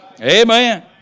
amen